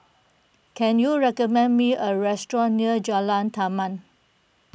can you recommend me a restaurant near Jalan Taman